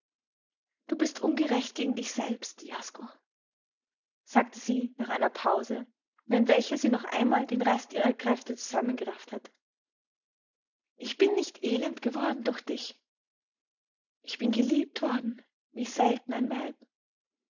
du bist ungerecht gegen dich selbst jasko sagte sie nach einer pause während welcher sie noch einmal den rest ihrer kräfte zusammengerafft hatte ich bin nicht elend geworden durch dich ich bin geliebt worden wie selten ein weib